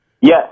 Yes